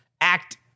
act